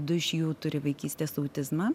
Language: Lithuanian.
du iš jų turi vaikystės autizmą